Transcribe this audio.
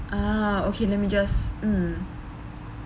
ah okay let me just mm